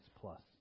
plus